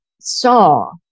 saw